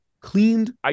Cleaned